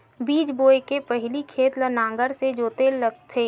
बीज बोय के पहिली खेत ल नांगर से जोतेल लगथे?